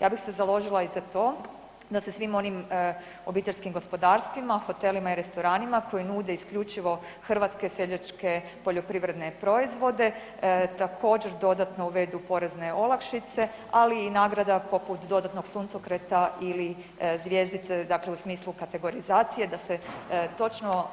Ja bih se založila i za to da se svim onim obiteljskim gospodarstvima, hotelima i restoranima koji nude isključivo hrvatske seljačke poljoprivredne proizvode također dodatno uvedu porezne olakšice, ali i nagrada poput dodatnog suncokreta ili zvjezdice, dakle u smislu kategorizacije da se točno